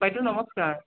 বাইদেউ নমস্কাৰ